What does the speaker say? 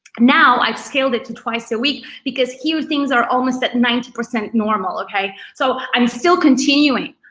now i've scaled it to twice a week because here things are almost at ninety percent normal. okay, so i'm still continuing.